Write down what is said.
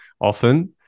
often